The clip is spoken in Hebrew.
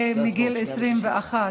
את החוק הראשון הביאו מאוחר,